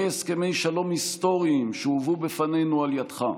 הסכמי שלום היסטוריים שהובאו בפנינו על ידך,